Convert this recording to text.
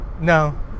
No